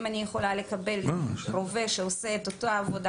אם אני יכולה לקבל רובה שעושה את אותה העבודה